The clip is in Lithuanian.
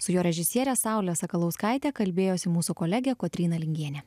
su jo režisiere saule sakalauskaite kalbėjosi mūsų kolegė kotryna lingienė